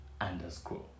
underscore